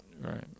right